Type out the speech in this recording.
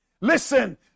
Listen